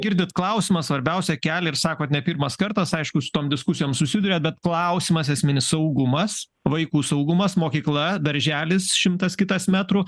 girdit klausimą svarbiausią kelia ir sakot ne pirmas kartas aišku su tom diskusijom susiduriat bet klausimas esminis saugumas vaikų saugumas mokykla darželis šimtas kitas metrų